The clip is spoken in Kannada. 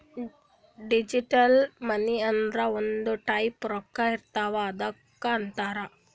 ಡಿಜಿಟಲ್ ಮನಿ ಅಂದುರ್ ಒಂದ್ ಟೈಪ್ ರೊಕ್ಕಾ ಇರ್ತಾವ್ ಅದ್ದುಕ್ ಅಂತಾರ್